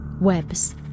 Webs